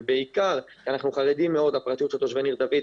ובעיקר אנחנו חרדים מאוד לפרטיות של תושבי ניר דוד,